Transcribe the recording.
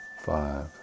five